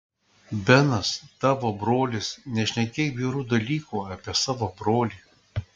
benas tavo brolis nešnekėk bjaurių dalykų apie savo brolį